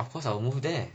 of course I will move there